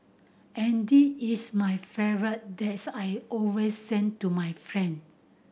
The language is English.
and this is my favourite that's I always send to my friend